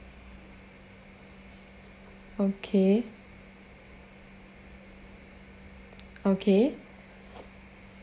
okay okay